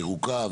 ירוקה,